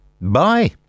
Bye